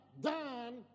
done